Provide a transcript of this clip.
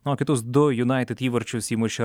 o kitus du united įvarčius įmušė